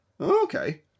Okay